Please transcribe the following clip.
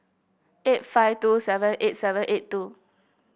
eight five two seven eight seven eight two